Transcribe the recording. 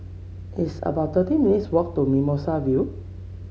it's about thirty minutes' walk to Mimosa View